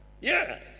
Yes